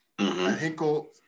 Hinkle